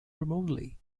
remotely